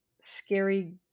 scary